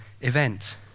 event